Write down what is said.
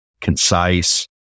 concise